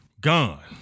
gone